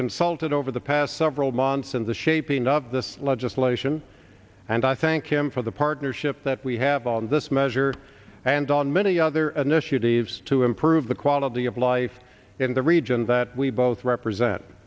consulted over the past several months in the shaping of this legislation and i thank him for the partnership that we have on this measure and on many other initiatives to improve the quality of life in the region that we both represent